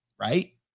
right